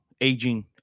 aging